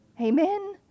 Amen